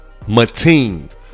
Mateen